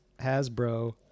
Hasbro